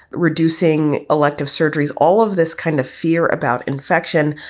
reducing elective surgeries, all of this kind of fear about infection,